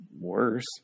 worse